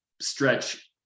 stretch